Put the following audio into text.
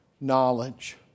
knowledge